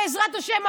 בעזרת השם,